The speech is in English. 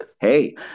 Hey